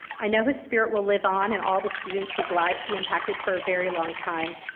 i know his spirit will live on in all the students whose lives he impacted for very long time.